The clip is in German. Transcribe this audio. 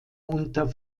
unter